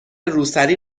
روسری